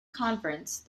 conference